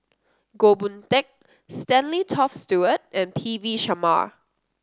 Goh Boon Teck Stanley Toft Stewart and P V Sharma